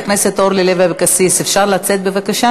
חברת הכנסת אורלי לוי אבקסיס, אפשר לצאת, בבקשה?